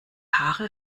haare